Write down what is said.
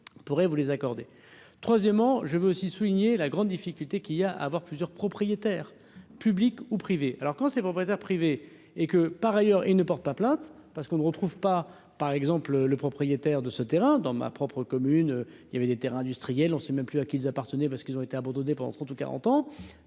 pourrait vous les accorder, troisièmement, je veux aussi souligner la grande difficulté qu'il a à voir plusieurs propriétaires publics ou privés, alors quand ces propriétaires privés et que par ailleurs ils ne portent pas plainte parce qu'on ne retrouve pas, par exemple, le proprio. C'est-à-dire de ce terrain dans ma propre commune, il y avait des Terres industriels, on sait même plus à qu'ils appartenaient parce qu'ils ont été abandonnés pendant 30 ou 40 ans,